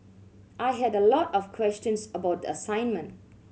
I had a lot of questions about the assignment